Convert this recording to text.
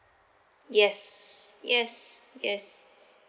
yes yes yes